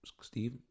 Steve